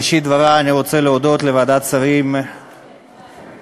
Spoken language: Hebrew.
בראשית דברי אני רוצה להודות לוועדת שרים, אפשר?